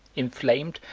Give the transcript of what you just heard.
inflamed,